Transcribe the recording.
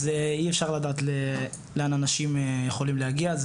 אז אי-אפשר לדעת לאן אנשים יכולים להגיע.